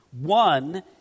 One